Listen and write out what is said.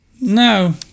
No